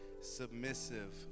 submissive